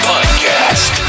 Podcast